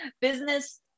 Business